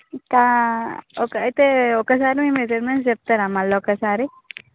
ఇక ఒక అయితే ఒకసారి మీ మెజర్మెంట్స్ చెప్తారా మళ్ళా ఒకసారి